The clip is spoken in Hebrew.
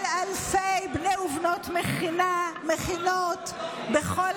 של אלפי בני ובנות מכינות בכל